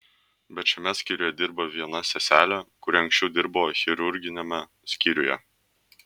bet šiame skyriuje dirba viena seselė kuri anksčiau dirbo chirurginiame skyriuje